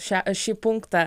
šią šį punktą